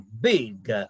big